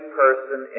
person